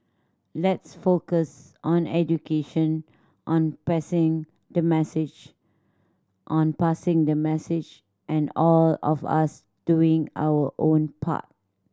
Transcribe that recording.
let's focus on education on passing the message on passing the message and all of us doing our own part